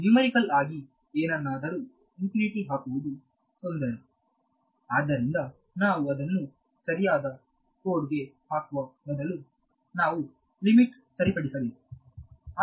numerical ಆಗಿ ಏನನ್ನಾದರೂ infinity ಹಾಕುವುದು ತೊಂದರೆ ಆದ್ದರಿಂದ ನಾವು ಅದನ್ನು ಸರಿಯಾದ ಕೋಡ್ಗೆ ಹಾಕುವ ಮೊದಲು ನಾವು ಲಿಮಿಟ್ ಸರಿಪಡಿಸಬೇಕು